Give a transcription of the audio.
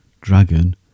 dragon